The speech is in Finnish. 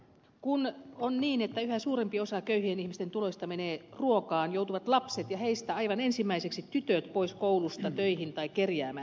kun on niin että yhä suurempi osa köyhien ihmisten tuloista menee ruokaan joutuvat lapset ja heistä aivan ensimmäiseksi tytöt pois koulusta töihin tai kerjäämään